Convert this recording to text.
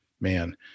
Man